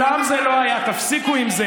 הוא לא עשה זאת.